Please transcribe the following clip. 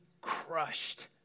crushed